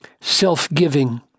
self-giving